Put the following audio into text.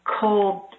cold